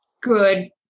good